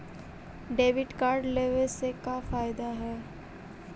Debit card लेवे से का का फायदा है?